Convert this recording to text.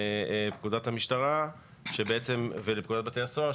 ולפקודת המשטרה ולפקודת בתי הסוהר,